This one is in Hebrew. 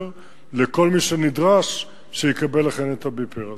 לכל מי שנדרש שיקבל אכן את הביפר הזה.